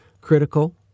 critical